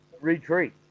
retreat